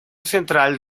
central